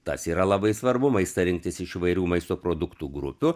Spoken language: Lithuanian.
tas yra labai svarbu maistą rinktis iš įvairių maisto produktų grupių